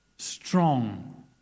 Strong